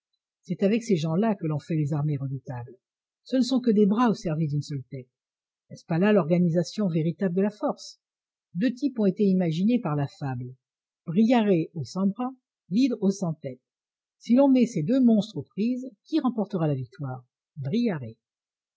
c'est avec ces gens-là que l'on fait les armées redoutables ce ne sont que des bras au service d'une seule tête n'est-ce pas là l'organisation véritable de la force deux types ont été imaginés par la fable briarée aux cent bras l'hydre aux cent têtes si l'on met ces deux montres aux prises qui remportera la victoire briarée